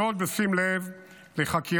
זאת בשים לב לחקירה